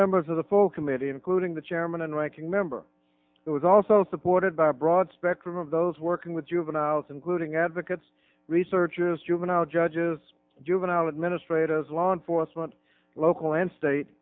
members of the full committee including the chairman and ranking member it was also supported by a broad spectrum of those working with juveniles including advocates researches juvenile judges juvenile administrators law enforcement local and state